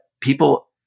people